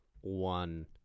one